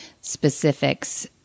specifics